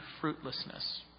fruitlessness